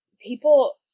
people